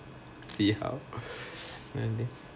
see how ன்டு:ndu